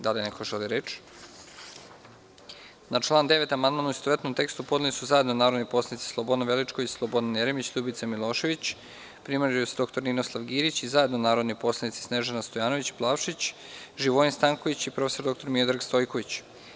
Da li neko želi reč? (Ne.) Na član 9. amandman, u istovetnom tekstu, su zajedno podneli narodni poslanici Slobodan Veličković, Slobodan Jeremić, Ljubica Milošević i prim. dr Ninoslav Girić i zajedno narodni poslanici Snežana Stojanović Plavšić, Živojin Stanković i prof. dr Miodrag Stojković.